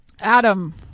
Adam